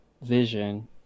vision